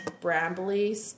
brambly